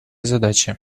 задачи